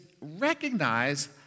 recognize